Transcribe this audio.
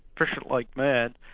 fish it like mad,